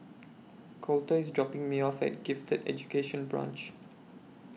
Colter IS dropping Me off At Gifted Education Branch